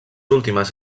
últimes